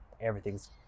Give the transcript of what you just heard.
everything's